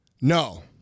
No